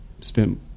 spent